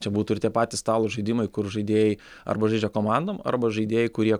čia būtų ir tie patys stalo žaidimai kur žaidėjai arba žaidžia komandom arba žaidėjai kurie